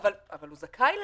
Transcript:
אבל הוא זכאי לזה.